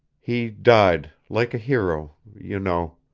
he died like a hero you know.